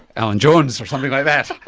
alan jones or something like that!